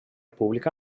pública